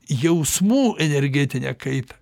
jausmų energetinę kaitą